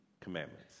commandments